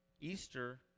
Easter